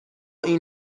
این